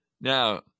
Now